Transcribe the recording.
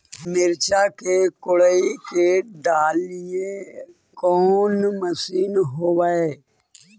मिरचा के कोड़ई के डालीय कोन मशीन होबहय?